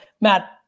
Matt